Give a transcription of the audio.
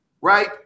right